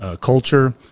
culture